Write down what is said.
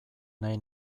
nahi